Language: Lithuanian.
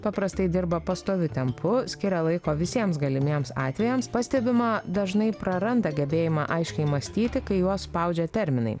paprastai dirba pastoviu tempu skiria laiko visiems galimiems atvejams pastebima dažnai praranda gebėjimą aiškiai mąstyti kai juos spaudžia terminai